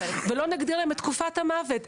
ולא נגדיר להם את תקופת המוות.